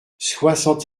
soixante